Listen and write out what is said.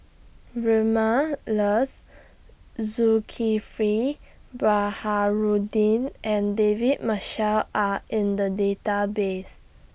Vilma Laus Zulkifli Baharudin and David Marshall Are in The Database